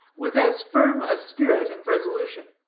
with as firm a spirit and resolution.